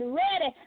ready